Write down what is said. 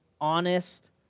honest